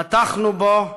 בטחנו בו,